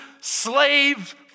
slave